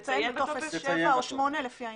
תציין בטופס 7 או 8 לפי העניין.